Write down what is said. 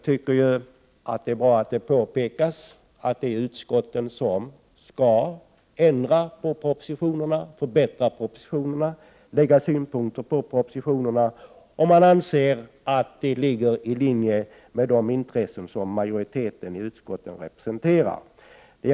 Det är bra att det påpekas att det är utskotten som skall ändra och förbättra propositioner na och anlägga synpunkter på dem om det ligger i linje med de intressen som majoriteten i utskotten representerar.